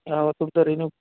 अहो तुमचं रिन्यू